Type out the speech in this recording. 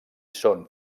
són